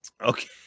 Okay